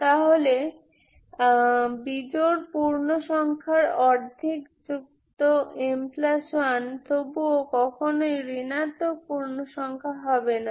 সুতরাং বিজোড় পূর্ণ সংখ্যার অর্ধেক যুক্ত m1 তবুও কখনোই ঋণাত্মক পূর্ণ সংখ্যা হবেনা